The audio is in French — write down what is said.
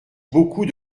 beaucoup